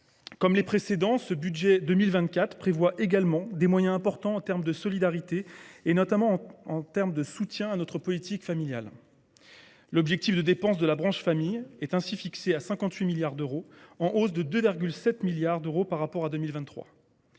Comme les précédents, ce budget 2024 prévoit également des moyens importants en matière de solidarité, notamment en soutien à notre politique familiale. L’objectif de dépenses de la branche famille est ainsi fixé à 58 milliards d’euros, en hausse de 2,7 milliards par rapport à 2023.